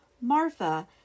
Marfa